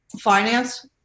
finance